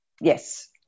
Yes